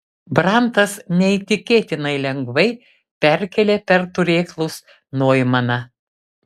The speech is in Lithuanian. brantas neįtikėtinai lengvai perkėlė per turėklus noimaną